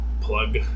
plug